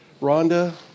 Rhonda